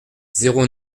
zéro